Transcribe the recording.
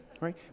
Right